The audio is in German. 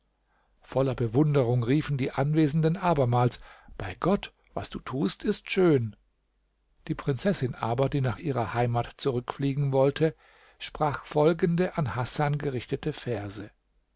voller bewunderung riefen die anwesenden abermals bei gott was du tust ist schön die prinzessin aber die nach ihrer heimat zurückfliegen wollte sprach folgende an hasan gerichtete verse